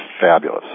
fabulous